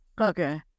Okay